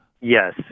Yes